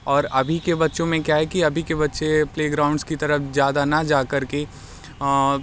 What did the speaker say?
और अभी के बच्चों में क्या है कि अभी के बच्चे प्लेग्राऊंडज़ की तरफ़ ज़्यादा ना जाकर के